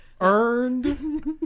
Earned